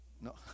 No